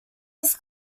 was